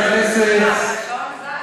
תפעילי את השעון כשיבוא